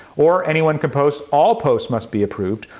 or anyone can post all posts must be approved.